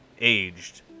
aged